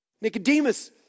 Nicodemus